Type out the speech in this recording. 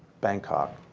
bangkok,